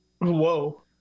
whoa